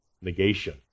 negation